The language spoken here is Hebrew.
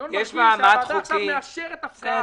ינון מרגיש שהוועדה כאן מאשרת הפקעה.